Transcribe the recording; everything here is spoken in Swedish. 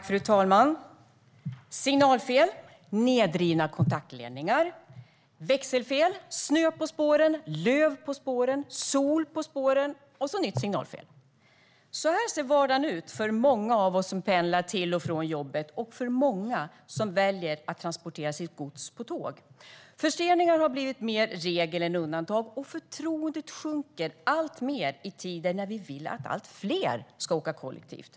Fru talman! Signalfel, nedrivna kontaktledningar, växelfel, snö på spåren, löv på spåren, sol på spåren och nytt signalfel - så ser vardagen ut för många av oss som pendlar till och från jobbet och för många som väljer att transportera sitt gods på tåg. Förseningar har blivit mer regel än undantag, och förtroendet sjunker alltmer i tider då vi vill att allt fler ska åka kollektivt.